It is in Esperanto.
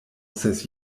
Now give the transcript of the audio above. ses